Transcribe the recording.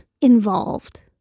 involved